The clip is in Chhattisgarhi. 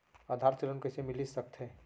आधार से लोन कइसे मिलिस सकथे?